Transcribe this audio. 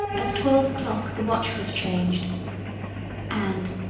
at twelve o'clock the watch was changed and,